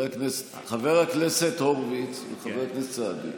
חבר הכנסת הורביץ וחבר הכנסת סעדי,